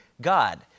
God